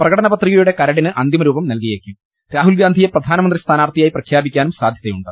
പ്രകടനപത്രികയുടെ കരടിന് അന്തി മരൂപം നൽകിയേക്കും രാഹുൽഗാന്ധിയെ പ്രധാനമന്ത്രി സ്ഥാനാർത്ഥിയായി പ്രഖ്യാപിക്കാനും സാധ്യതയുണ്ട്